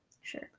Sure